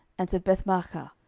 and to bethmaachah,